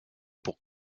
pour